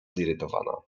zirytowana